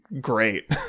great